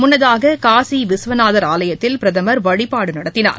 முன்னதாக காசி விஸ்வநாதர் ஆலயத்தில் பிரதமர் வழிபாடு நடத்தினார்